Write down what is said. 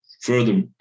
further